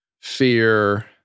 fear